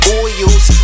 oils